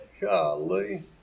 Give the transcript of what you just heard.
Golly